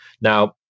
now